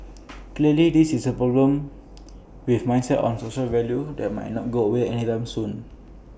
clearly this is A problem with mindsets and social values that might not go away anytime soon